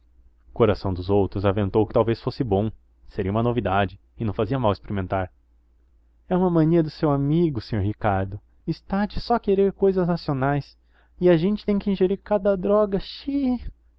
coração dos outros aventou que talvez fosse bom seria uma novidade e não fazia mal experimentar é uma mania de seu amigo senhor ricardo esta de só querer cousas nacionais e a gente tem que ingerir cada droga chi